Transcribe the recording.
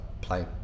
play